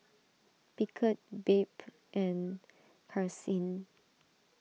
Beckett Babe and Karsyn